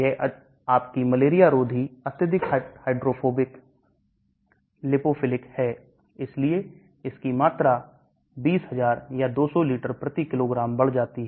Chloroquine यह आपकी malaria रोधी अत्यधिक हाइड्रोफोबिक लिपोफिलिक है इसलिए इसकी मात्रा 20000 या 200 लीटर प्रति किलोग्राम बढ़ जाती है